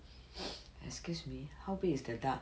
excuse me how big is the duck